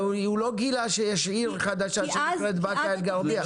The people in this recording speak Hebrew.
והוא לא גילה שיש עיר חדשה שנקראת באקה אל גרביה.